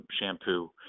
shampoo